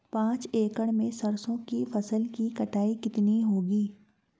पांच एकड़ में सरसों की फसल की कटाई कितनी होगी?